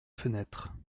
fenêtres